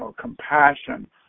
compassion